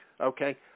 okay